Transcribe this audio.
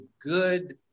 good